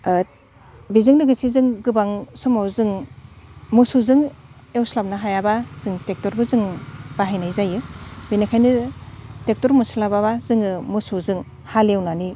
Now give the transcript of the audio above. बेजों लोगोसे जों गोबां सोमाव जों मोसौजों एवस्लाबनो हायाब्ला जों ट्रेक्टरबो जों बाहायनाय जायो बेनिखायनो ट्रेक्टर मोनस्लाब्ला जोङो मोसौजों हालएवनायनि